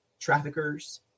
traffickers